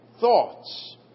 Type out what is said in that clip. thoughts